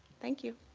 thank you.